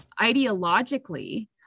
ideologically